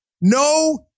No